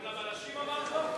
גם לבלשים אמרת לא?